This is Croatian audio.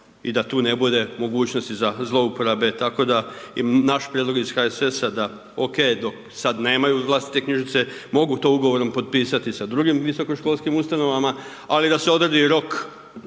i da tu ne bude mogućnosti za zlouporabe, tako da, naš prijedlog iz HSS-a, da, ok, sad nemaju vlastite knjižnice, mogu to ugovorom potpisati sa drugim visokoškolskim ustanova, ali da se odredi rok,